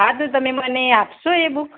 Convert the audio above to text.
હા તો તમે મને આપશો એ બૂક